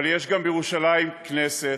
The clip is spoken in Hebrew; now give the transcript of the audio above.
אבל יש בירושלים גם כנסת,